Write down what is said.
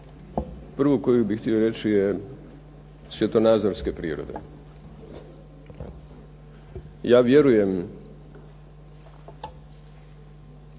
Prvu koju bih htio reći je svjetonazorske prirode. Ja vjerujem